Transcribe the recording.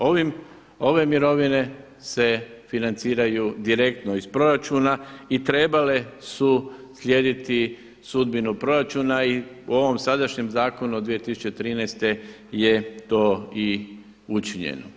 Ove mirovine se financiraju direktno iz proračuna i trebale su slijediti sudbinu proračuna i u ovom sadašnjem zakonu iz 2013. je to i učinjeno.